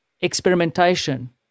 experimentation